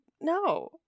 no